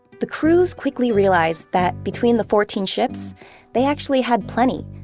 the crews quickly realized that between the fourteen ships they actually had plenty.